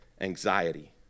anxiety